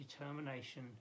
determination